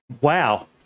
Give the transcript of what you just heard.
wow